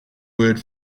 word